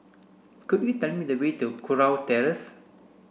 could you tell me the way to Kurau Terrace